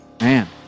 man